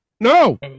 No